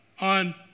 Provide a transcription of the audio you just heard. on